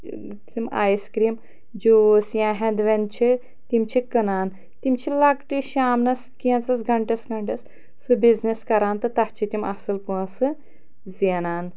تِم ice cream juice یا ہٮ۪نٛد وٮ۪نٛد چھِ تِم چھِ کٕنان تِم چھِ لۄکٹٕے شامنَس کینٛژَن گَھنٹَس کھنٛڈَس سُہ بِزنِس کَران تہٕ تَتھ چھِ تِم اَصٕل پونٛسہٕ زینان